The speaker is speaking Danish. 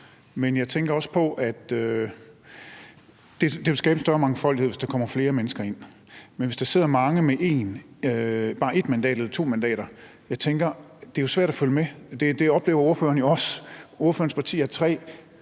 Men jeg tænker også på, at det vil skabe en større mangfoldighed, hvis der kommer flere mennesker ind. Men hvis der sidder mange med bare ét mandat eller to mandater, tænker jeg jo, at det er svært at følge med, og det oplever ordføreren jo også. Ordførerens parti har tre